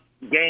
game